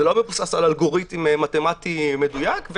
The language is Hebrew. זה לא מבוסס על אלגוריתם מתמטי מדויק.